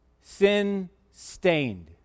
sin-stained